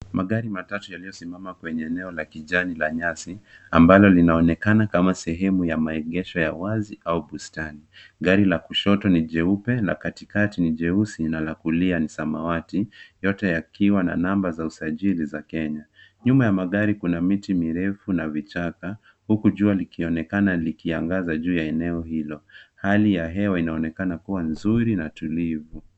Magari matatu yaliyosimama kwenye eneo la kijani la nyasi ambalo linaonekana kama sehemu ya maegesho ya wazi au bustani. Gari la kushoto ni jeupe, la katikati ni jeusi na la kulia ni samawati. Yote yakiwa na namba za usajili za Kenya. Nyuma ya magari kuna miti mirefu na vichaka huku jua likionekana likiangaza juu ya eneo hilo. Hali ya hewa inaonekana kuwa nzuri na tulivu.